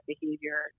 behavior